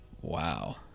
Wow